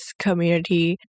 community